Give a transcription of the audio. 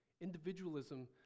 Individualism